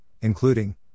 including